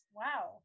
wow